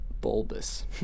bulbous